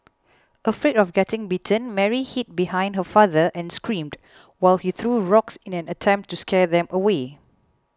afraid of getting bitten Mary hid behind her father and screamed while he threw rocks in an attempt to scare them away